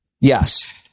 Yes